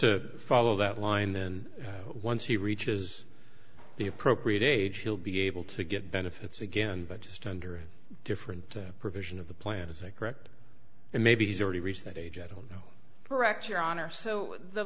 to follow that line then once he reaches the appropriate age he'll be able to get benefits again but just under a different provision of the plan is a correct and maybe he's already reached that age i don't know brecht your honor so the